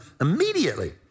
immediately